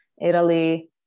Italy